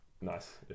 Nice